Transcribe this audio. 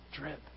Drip